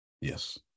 Yes